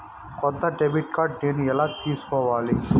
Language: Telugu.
కొత్త డెబిట్ కార్డ్ నేను ఎలా తీసుకోవాలి?